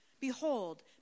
Behold